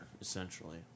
essentially